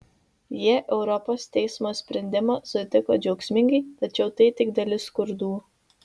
jie europos teismo sprendimą sutiko džiaugsmingai tačiau tai tik dalis kurdų